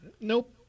Nope